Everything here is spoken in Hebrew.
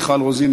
מיכל רוזין,